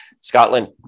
Scotland